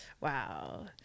Wow